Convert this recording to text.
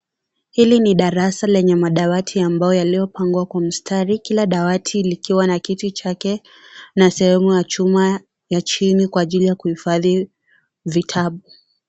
Hili ni darasa lenye madawati ambayo yaliyopangwa kwa mstari. Kila dawati likiwa na kiti chake, na sehemu ya chuma ya chini kwa ajili ya kuhifadhi vitabu.